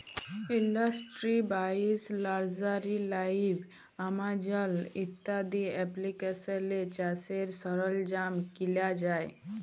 industry বাইশ, nursery live, Amazon ইত্যাদি এপ্লিকেশলে চাষের সরল্জাম কিলা যায়